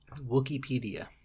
Wikipedia